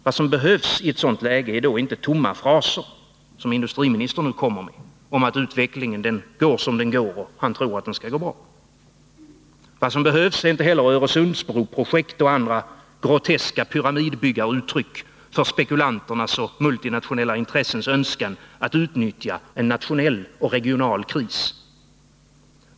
Vad som behövs i ett sådant läge är då inte tomma fraser, som industriministern nu kommer med, om att utvecklingen går som den går och han tror att den skall gå bra. Vad som behövs är inte heller Öresundsbroprojekt och andra groteska pyramidbyggaruttryck för spekulanters och multinationella intressens önskan att utnyttja en nationell och regional kris.